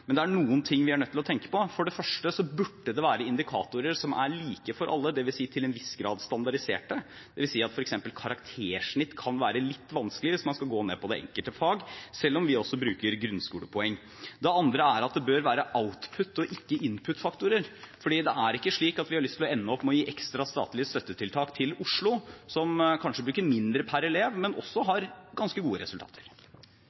men det er noen ting vi er nødt til å tenke på. For det første burde det være indikatorer som er like for alle, det vil si til en viss grad standardiserte. Det vil si at f.eks. karaktersnitt kan være litt vanskelig, hvis man skal gå ned på det enkelte fag, selv om vi også bruker grunnskolepoeng. Det andre er at det bør være output- og ikke input-faktorer, for det er ikke slik at vi har lyst til å ende opp med å gi ekstra statlige støttetiltak til Oslo, som kanskje bruker mindre per elev, men som også